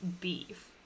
beef